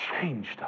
changed